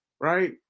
right